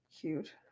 cute